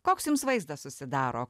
koks jums vaizdas susidaro